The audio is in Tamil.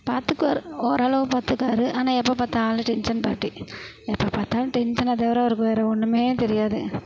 பார்த்துக்குவாரு ஓரளவு பாத்துப்பாரு ஆனால் எப்போ பார்த்தாலும் டென்சன் பார்ட்டி எப்போ பார்த்தாலும் டென்சனை தவிர அவருக்கு வேறு ஒன்றுமே தெரியாது